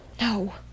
No